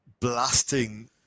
blasting